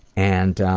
and